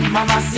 Mama